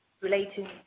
relating